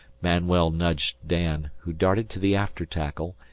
manuel nudged dan, who darted to the after-tackle,